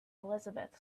elizabeth